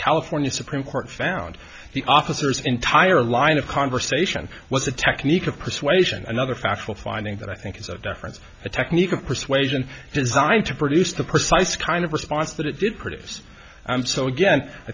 california supreme court found the officers entire line of conversation was a technique of persuasion another factual finding that i think is a difference a technique of persuasion designed to produce the precise kind of response that it did produce i'm so again i